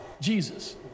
Jesus